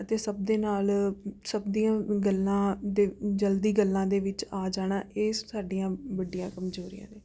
ਅਤੇ ਸਭ ਦੇ ਨਾਲ ਸਭ ਦੀਆਂ ਗੱਲਾਂ ਦੇ ਜਲਦੀ ਗੱਲਾਂ ਦੇ ਵਿੱਚ ਆ ਜਾਣਾ ਇਹ ਸਾਡੀਆਂ ਵੱਡੀਆਂ ਕਮਜ਼ੋਰੀਆਂ ਨੇ